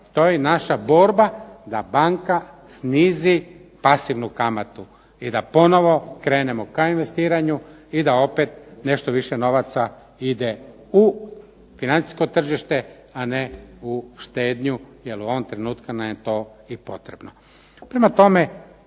to je i naša borba da banka snizi pasivnu kamatu i da ponovo krenemo ka investiranju i da opet nešto više novaca ide u financijsko tržište, a ne u štednju jer u ovom trenutku nam je to i potrebno.